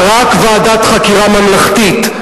רק ועדת חקירה ממלכתית,